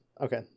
okay